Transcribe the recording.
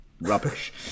rubbish